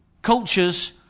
Cultures